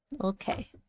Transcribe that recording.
Okay